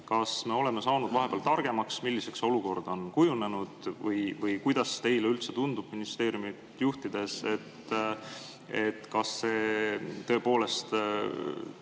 Kas me oleme saanud vahepeal targemaks, milliseks olukord on kujunenud? Või kuidas teile tundub ministeeriumi juhtides, kas kõik see,